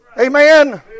Amen